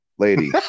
Lady